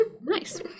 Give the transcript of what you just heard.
Nice